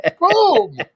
Boom